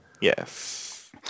Yes